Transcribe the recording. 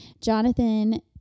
Jonathan